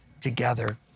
together